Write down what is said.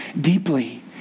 deeply